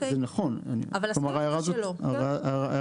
זה נכון, כלומר, אני מבין את ההערה הזאת.